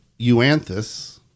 Euanthus